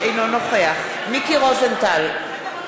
אינו נוכח מיקי רוזנטל,